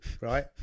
right